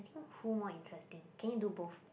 i think who more interesting can you do both